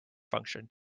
function